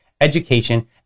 education